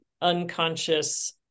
unconscious